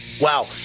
Wow